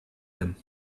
him